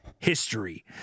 History